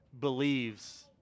believes